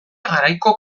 garaiko